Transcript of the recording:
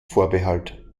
vorbehalt